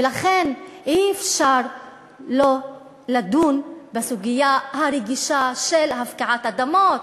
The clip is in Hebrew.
ולכן אי-אפשר לא לדון בסוגיה הרגישה של הפקעת אדמות,